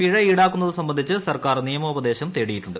പിഴ ഈടാക്കുന്നത് സംബന്ധിച്ച് സർക്കാർ നിയമോപദേശം തേടിയിട്ടുണ്ട്